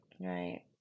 right